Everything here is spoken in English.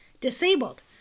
disabled